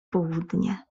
południe